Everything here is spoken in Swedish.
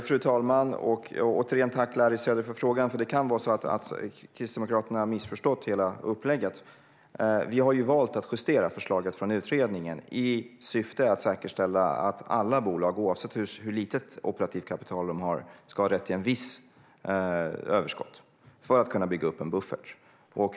Fru talman! Återigen tack, Larry Söder, för frågan! Det kan vara så att Kristdemokraterna har missförstått hela upplägget. Vi har valt att justera förslaget från utredningen i syfte att säkerställa att alla bolag, oavsett hur litet operativt kapital de har, ska ha rätt till ett visst överskott för att kunna bygga upp en buffert.